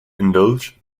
indulged